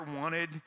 wanted